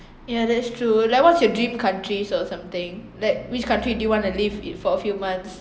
ya that's true like what's your dream countries or something like which country do you want to live i~ for a few months